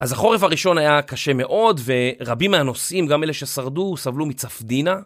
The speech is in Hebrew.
אז החורף הראשון היה קשה מאוד ורבים מהנוסעים, גם אלה ששרדו, סבלו מצפדינה.